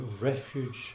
refuge